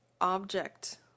object